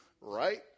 Right